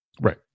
right